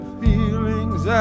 feelings